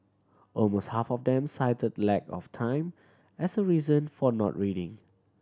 almost half of them cited lack of time as a reason for not reading